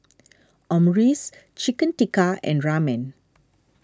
Omurice Chicken Tikka and Ramen